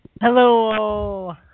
Hello